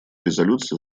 резолюции